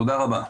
תודה רבה.